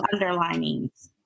underlinings